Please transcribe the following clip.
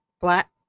black